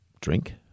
drink